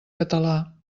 català